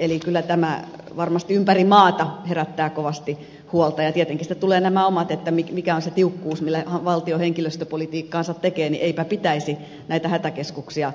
eli kyllä tämä varmasti ympäri maata herättää kovasti huolta ja kun tietenkin sitten tulevat nämä kysymykset mikä on se tiukkuus millä valtio henkilöstöpolitiikkaansa tekee niin eipä pitäisi näitä hätäkeskuksia